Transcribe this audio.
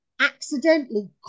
Accidentally